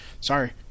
Sorry